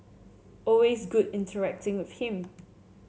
always good interacting with him